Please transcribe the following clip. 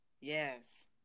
Yes